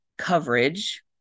coverage